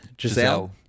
Giselle